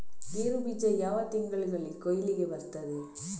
ಗೇರು ಬೀಜ ಯಾವ ತಿಂಗಳಲ್ಲಿ ಕೊಯ್ಲಿಗೆ ಬರ್ತದೆ?